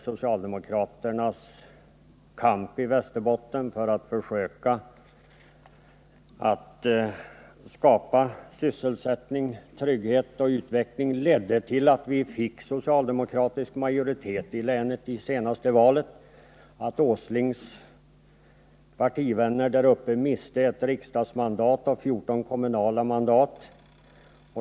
Socialdemokraternas kamp i Västerbotten för att skapa sysselsättning, trygghet och utveckling ledde till att vi i senaste valet fick socialdemokratisk majoritet i länet och att Nils Åslings partivänner där uppe miste ett riksdagsmandat och 14 kommunala mandat.